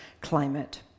climate